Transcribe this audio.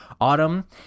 Autumn